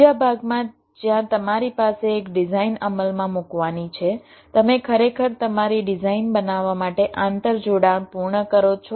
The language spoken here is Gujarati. બીજા ભાગમાં જ્યાં તમારી પાસે એક ડિઝાઇન અમલમાં મૂકવાની છે તમે ખરેખર તમારી ડિઝાઇન બનાવવા માટે આંતરજોડાણ પૂર્ણ કરો છો